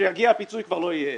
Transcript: כשיגיע הפיצוי כבר לא יהיה עסק.